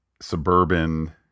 suburban